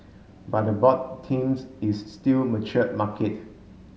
but the board themes is still matured market